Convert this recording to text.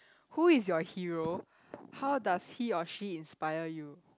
who is your hero how does he or she inspire you